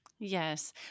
Yes